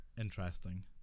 Interesting